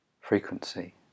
frequency